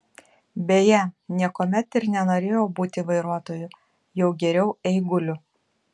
beje niekuomet ir nenorėjau būti vairuotoju jau geriau eiguliu